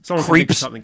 Creeps